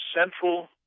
central